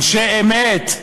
אנשי אמת,